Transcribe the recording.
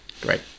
Great